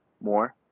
more